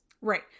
Right